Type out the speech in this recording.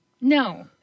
No